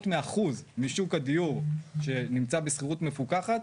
מ-1% משוק הדיור שנמצא בשכירות מפוקחת,